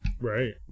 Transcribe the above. Right